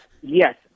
yes